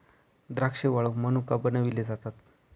द्राक्षे वाळवुन मनुका बनविले जातात